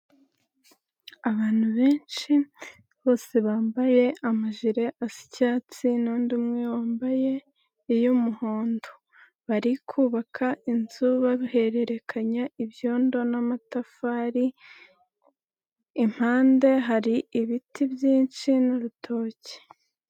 Abantu benshi bose bambaye amajire asa icyatsi n'undi umwe wambaye iy'umuhondo, bari kubaka inzu bahererekanya ibyondo n'amatafari, impande hari ibiti byinshi n'urutoki.